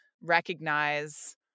recognize